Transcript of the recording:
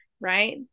Right